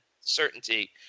certainty